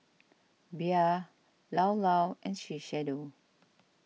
Bia Llao Llao and Shiseido